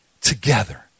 together